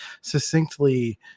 succinctly